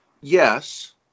yes